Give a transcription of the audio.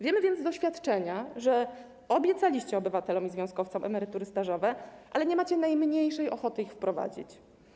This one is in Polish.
Wiemy z doświadczenia, że obiecaliście obywatelom i związkowcom emerytury stażowe, ale nie macie najmniejszej ochoty ich wprowadzić.